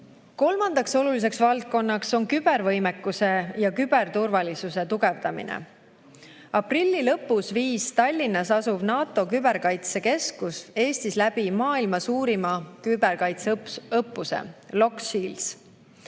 täitmiseks. Kolmandaks oluliseks valdkonnaks on kübervõimekuse ja küberturvalisuse tugevdamine. Aprilli lõpus viis Tallinnas asuv NATO küberkaitsekoostöö keskus Eestis läbi maailma suurima küberkaitseõppuse Locked